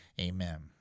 Amen